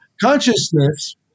Consciousness